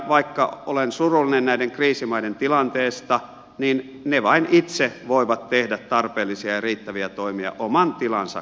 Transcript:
vaikka olen surullinen näiden kriisimaiden tilanteesta vain ne itse voivat tehdä tarpeellisia ja riittäviä toimia oman tilansa